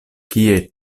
kie